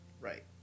Right